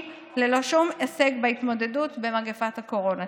ללא שום הישג בהתמודדות עם מגפת הקורונה.